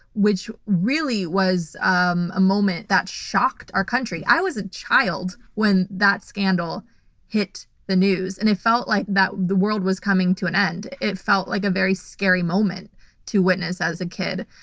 which really was um a moment that shocked our country. i was a child when that scandal hit the news and it felt like the world was coming to an end. it felt like a very scary moment to witness as a kid.